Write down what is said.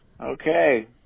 Okay